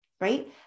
right